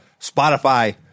Spotify